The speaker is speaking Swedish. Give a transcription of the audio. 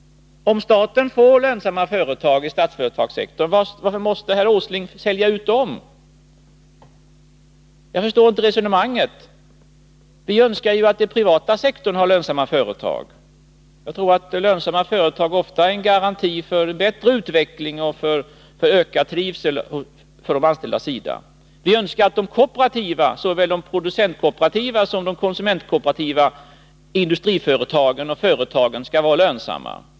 Om staten får lönsamma företag inom Statsföretagssektorn, varför måste då herr Åsling sälja ut dem? Jag förstår inte resonemanget. Vi önskar ju att den privata sektorn har lönsamma företag. Jag tror att lönsamma företag ofta är en garanti för bättre utveckling och för ökad trivsel bland de anställda. Vi önskar att de kooperativa, såväl de producentkooperativa som de konsumentkooperativa, industriföretagen och andra företag skall vara lönsamma.